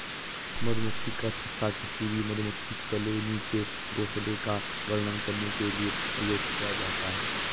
मधुमक्खी का छत्ता किसी भी मधुमक्खी कॉलोनी के घोंसले का वर्णन करने के लिए प्रयोग किया जाता है